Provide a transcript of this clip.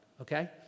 Okay